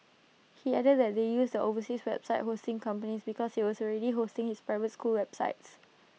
he added that they used the overseas website hosting company because IT was already hosting his private school's website